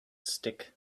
stick